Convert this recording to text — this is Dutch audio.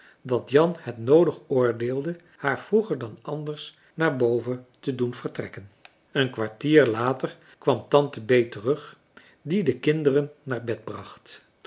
dat jan het noodig oordeelde haar vroeger dan anders naar boven te doen vertrekken een kwartier later kwam tante bee terug die de kinderen naar bed bracht